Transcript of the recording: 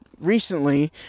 recently